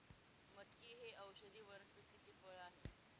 मटकी हे औषधी वनस्पतीचे फळ आहे